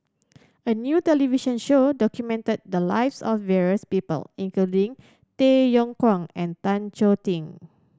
a new television show documented the lives of various people including Tay Yong Kwang and Tan Choh Tee